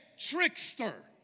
trickster